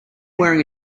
wearing